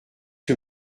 que